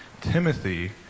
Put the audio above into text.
Timothy